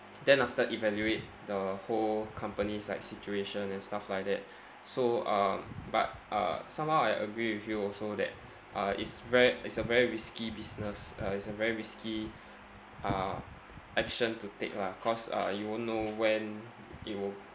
then after evaluate the whole company's like situation and stuff like that so um but uh somehow I agree with you also that uh it's ve~ it's a very risky business uh it's a very risky uh action to take lah cause uh you won't know when it will